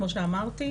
כמו שאמרתי,